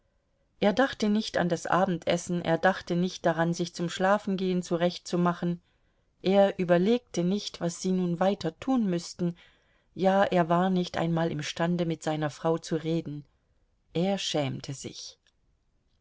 er dachte nicht an das abendessen er dachte nicht daran sich zum schlafengehen zurechtzumachen er überlegte nicht was sie nun weiter tun müßten ja er war nicht einmal imstande mit seiner frau zu reden er schämte sich